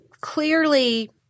clearly